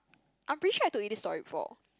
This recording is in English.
I'm pretty sure I told you this story before